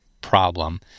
problem